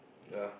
yeah